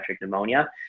pneumonia